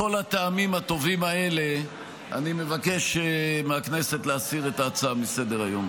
מכל הטעמים הטובים האלה אני מבקש מהכנסת להסיר את ההצעה מסדר-היום.